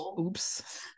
oops